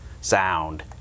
sound